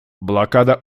блокада